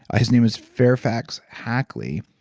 ah his name is fairfax hackley.